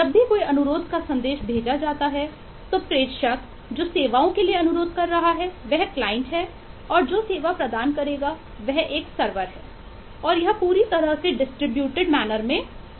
जब भी कोई अनुरोधका संदेश भेजा जाता है तो प्रेषक जो सेवाओं के लिए अनुरोध कर रहा है वह क्लाइंट में होता है